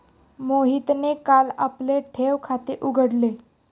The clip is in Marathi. मोहितने काल आपले ठेव खाते उघडले